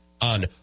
on